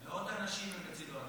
מאות אנשים הם הצילו.